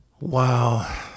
Wow